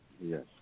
Yes